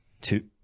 Two